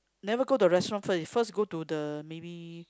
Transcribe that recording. never go to the restaurant first first go to the maybe